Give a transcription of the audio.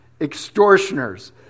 extortioners